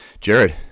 Jared